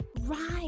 Right